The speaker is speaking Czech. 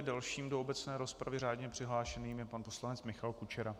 Dalším do obecné rozpravy řádně přihlášeným je pan poslanec Michal Kučera.